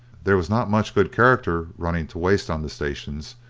there was not much good character running to waste on the stations,